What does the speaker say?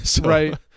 Right